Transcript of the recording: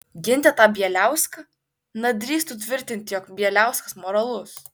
ginti tą bieliauską na drįstų tvirtinti jog bieliauskas moralus